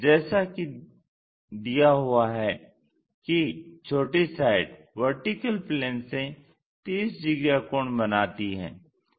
जैसा कि दिया हुआ है कि छोटी साइड VP से 30 डिग्री का कोण बनाती है